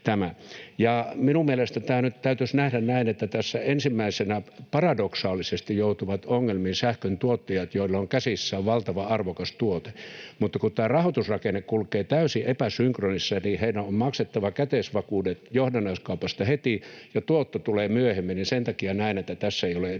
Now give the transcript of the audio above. tämä. Mielestäni tämä nyt täytyisi nähdä niin, että tässä ensimmäisenä paradoksaalisesti joutuvat ongelmiin sähköntuottajat, joilla on käsissään valtavan arvokas tuote, mutta kun tämä rahoitusrakenne kulkee täysin epäsynkronissa eli niin, että heidän on maksettava käteisvakuudet johdannaiskaupasta heti ja tuotto tulee myöhemmin, niin sen takia näen, että tässä ei ole edes